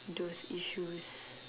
those issues